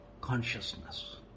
consciousness